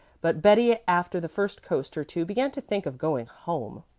but betty after the first coast or two began to think of going home.